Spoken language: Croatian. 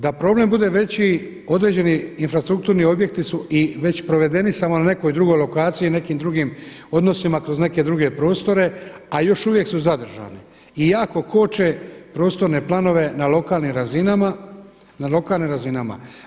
Da problem bude veći određeni infrastrukturni objekti su i već provedeni samo na nekoj drugoj lokaciji, nekim drugim odnosima kroz neke druge prostore, a još uvijek su zadržani i jako koče prostorne planove na lokalnim razinama.